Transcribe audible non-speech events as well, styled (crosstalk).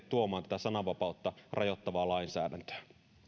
(unintelligible) tuomaan tätä sananvapautta rajoittavaa lainsäädäntöä